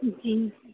جی